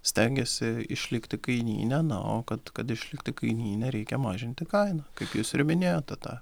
stengiasi išlikti kainyne na o kad kad išlikti kainyne reikia mažinti kainą kaip jūs ir minėjote tą